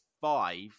five